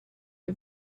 are